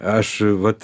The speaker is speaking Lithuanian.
aš vat